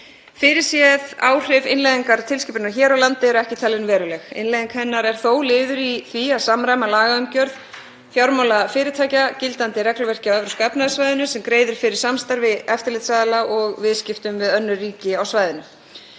Fyrirséð áhrif innleiðingar tilskipunarinnar hér á landi eru ekki talin veruleg. Innleiðing hennar er þó liður í því að samræma lagaumgjörð fjármálafyrirtækja gildandi regluverki á Evrópska efnahagssvæðinu sem greiðir fyrir samstarfi eftirlitsaðila og viðskiptum við önnur ríki á svæðinu.